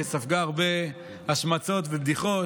שספגה הרבה השמצות ובדיחות.